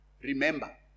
Remember